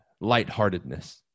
lightheartedness